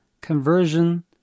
conversion